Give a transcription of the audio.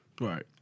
Right